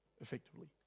effectively